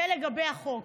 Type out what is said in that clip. זה לגבי החוק.